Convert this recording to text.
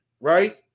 right